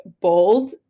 bold